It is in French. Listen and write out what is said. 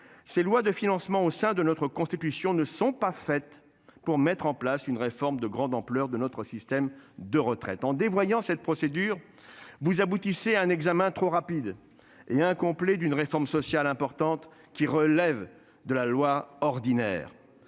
Ses lois de financement au sein de notre constitution ne sont pas faites pour mettre en place une réforme de grande ampleur de notre système de retraites en dévoyant cette procédure. Vous aboutissait à un examen trop rapide et incomplet d'une réforme sociale importante qui relève de la loi ordinaire.